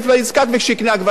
זו כל הבקשה שלי,